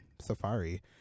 Safari